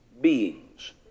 beings